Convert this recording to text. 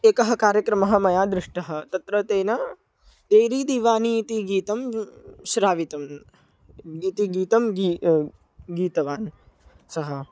एकः कार्यक्रमः मया दृष्टः तत्र तेन तेरी दिवानी इति गीतं श्रावितम् इति गीतं गीतं गीतवान् सः